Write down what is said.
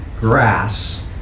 grass